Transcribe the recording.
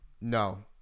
No